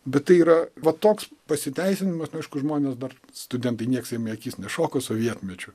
bet tai yra va toks pasiteisinimas nu aišku žmonės dar studentai nieks jam į akis nešoko sovietmečiu